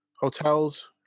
Hotels